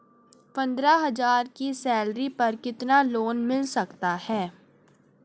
पंद्रह हज़ार की सैलरी पर कितना लोन मिल सकता है?